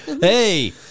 hey